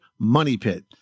MONEYPIT